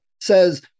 says